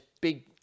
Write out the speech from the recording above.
big